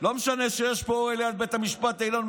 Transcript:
לא משנה שיש פה אוהל ליד בית המשפט העליון,